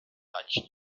touched